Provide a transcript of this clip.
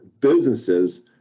businesses